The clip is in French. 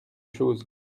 chose